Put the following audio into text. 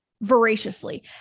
voraciously